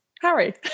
Harry